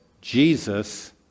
Jesus